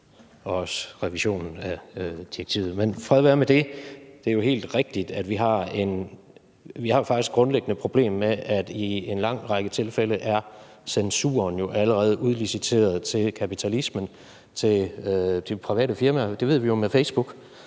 også revisionen af direktivet – men fred være med det. Det er jo faktisk helt rigtigt, at vi har et grundlæggende problem med, at censuren i en lang række tilfælde allerede er udliciteret til kapitalismen, til de private firmaer. Det ved vi jo med Facebook,